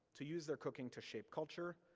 to use their cooking to shape culture,